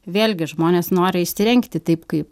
vėlgi žmonės nori įsirengti taip kaip